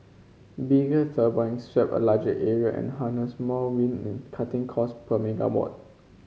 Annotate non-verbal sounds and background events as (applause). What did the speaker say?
bigger (unintelligible) sweep a larger area and harness more wind cutting cost per megawatt